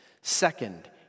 Second